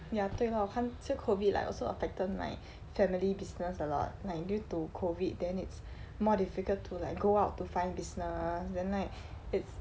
ya 对 lor 我看其实 COVID like also affected like my family business a lot like due to COVID it then it's more difficult to like go out to find business then like